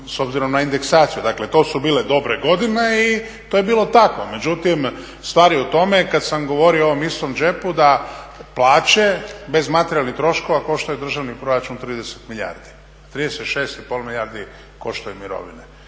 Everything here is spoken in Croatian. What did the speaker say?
s obzirom na indeksaciju, dakle to su bile dobre godine i to je bilo tako, međutim stvar je u tome kad sam govorio o ovom istom džepu da plaće bez materijalnih troškova koštaju državni proračun 30 milijardi, 36,5 milijardi koštaju mirovine.